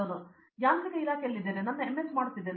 ನಾನು ಯಾಂತ್ರಿಕ ಇಲಾಖೆಯಲ್ಲಿದ್ದೇನೆ ನಾನು ನನ್ನ MS ಮಾಡುತ್ತಿದ್ದೇನೆ